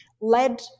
led